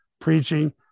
preaching